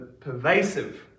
pervasive